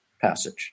passage